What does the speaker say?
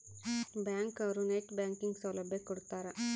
bank ಅವ್ರು net banking ಸೌಲಭ್ಯ ಕೊಡ್ತಾರ